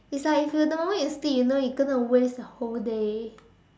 it's like if you don't need to sleep you know you gonna waste the whole day